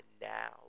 now